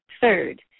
Third